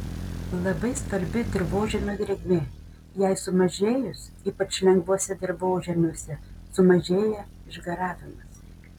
labai svarbi dirvožemio drėgmė jai sumažėjus ypač lengvuose dirvožemiuose sumažėja išgaravimas